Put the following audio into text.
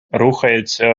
рухається